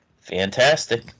Fantastic